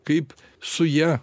kaip su ja